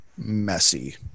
Messy